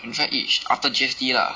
in fact each after G_S_T lah